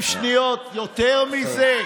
30 שניות ויותר מזה?